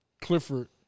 Clifford